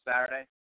Saturday